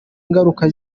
ingaruka